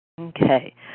Okay